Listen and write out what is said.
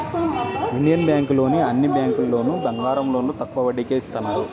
Indian బ్యేంకులోని అన్ని బ్రాంచీల్లోనూ బంగారం లోన్లు తక్కువ వడ్డీకే ఇత్తన్నారు